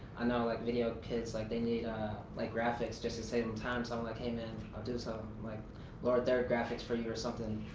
i know like video kids, like they need like graphics just and and time. so i'm like, hey man, i'll do something like lower third graphics for you or something,